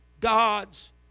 God's